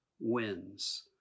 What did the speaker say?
wins